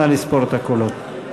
נא לספור את הקולות.